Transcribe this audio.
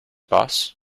boss